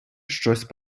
щось